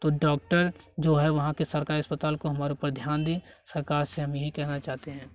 तो डॉक्टर जो है वहाँ के सरकारी अस्पताल को हमारे ऊपर ध्यान दें सरकार से हम यही कहना चाहते हैं